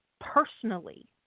personally